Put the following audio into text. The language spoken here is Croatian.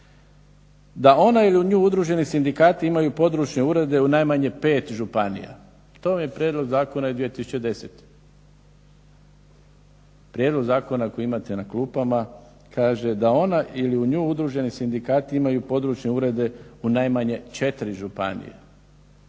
Da ona ili u nju udruženi sindikati imaju područne urede u najmanje 5 županija, i to vam je prijedlog zakona iz 2010. Prijedlog zakona kojim imate ne klupama kaže da ona ili u nju udruženi sindikati imaju područne urede u najmanje 4 županije.